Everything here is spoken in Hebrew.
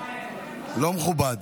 לא מכובד.